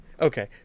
Okay